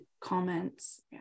comments